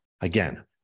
Again